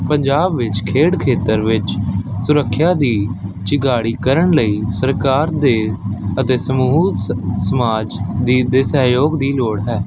ਪੰਜਾਬ ਵਿੱਚ ਖੇਡ ਖੇਤਰ ਵਿੱਚ ਸੁਰੱਖਿਆ ਦੀ ਚਿਗਾੜੀ ਕਰਨ ਲਈ ਸਰਕਾਰ ਦੇ ਅਤੇ ਸਮੂਹ ਸ ਸਮਾਜ ਦੀ ਦੇ ਸਹਿਯੋਗ ਦੀ ਲੋੜ ਹੈ